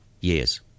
years